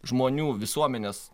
žmonių visuomenės